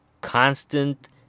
constant